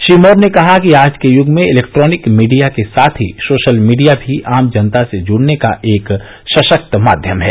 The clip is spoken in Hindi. श्री मौर्य ने कहा कि आज के यूग में इलेक्ट्रानिक मीडिया के साथ ही सोशल मीडिया भी आम जनता से जूड़ने का एक सशक्त माध्यम है